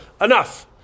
enough